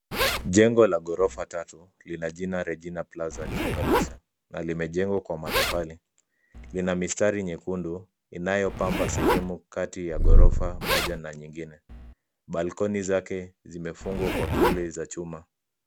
Jengo la ghorofa tatu, lina jina Regina Plaza juu kabisa, na limejengwa kwa matofali. Lina mistari nyekundu, inayopamba sehemu kati ya ghorofa moja na nyingine. Balconi zake, zimefungwa kwa grille za chuma.